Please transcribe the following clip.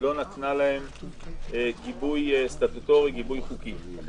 לא נתנה להם גיבוי חוקי סטטוטורי, חוקי.